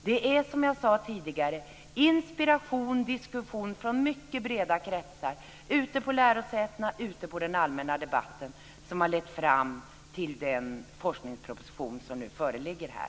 Det är som jag sade tidigare inspiration och diskussion från mycket breda kretsar på lärosätena och i den allmänna debatten som har lett fram till den forskningsproposition som nu föreligger.